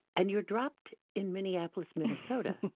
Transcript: and you drop in minneapolis, minnesota.